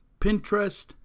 Pinterest